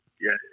Yes